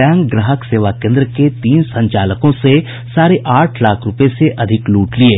bank ग्राहक सेवा केंद्र के तीन संचालकों से साढ़े आठ लाख रूपये से अधिक लूट लिये